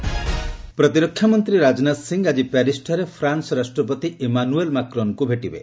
Rajnath France ପ୍ରତିରକ୍ଷା ମନ୍ତ୍ରୀ ରାଜନାଥ ସିଂହ ଆଜି ପ୍ୟାରିସ୍ଠାରେ ଫ୍ରାନ୍ସ ରାଷ୍ଟ୍ରପତି ଇମାନୁଏଲ୍ ମାକ୍ରନ୍ଙ୍କୁ ଭେଟିବେ